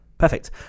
Perfect